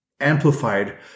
amplified